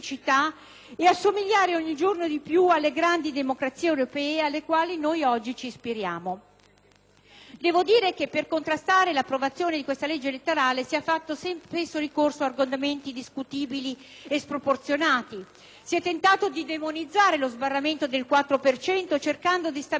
Devo dire che per contrastare l'approvazione di questa legge elettorale si è fatto spesso ricorso ad argomenti discutibili e sproporzionati: si è tentato di demonizzare lo sbarramento del quattro per cento, cercando di stabilire confronti inaccettabili con la cosiddetta legge truffa di democristiana memoria, o addirittura con la legge Acerbo, che doveva